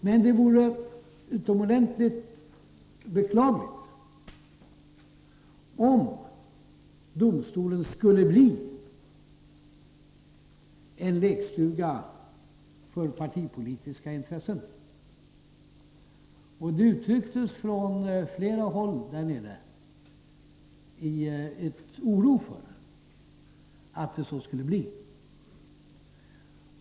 Men det vore utomordentligt beklagligt om domstolen skulle bli en lekstuga för partipolitiska intressen, och det uttrycktes från flera håll där nere oro för att det så skulle bli.